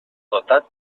dotat